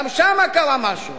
גם שם קרה משהו.